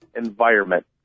environment